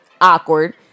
awkward